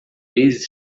vezes